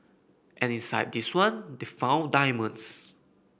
and inside this one they found diamonds